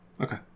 Okay